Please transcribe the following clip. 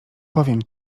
powiem